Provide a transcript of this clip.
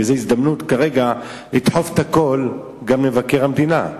וזו הזדמנות כרגע לדחוף הכול למבקר המדינה.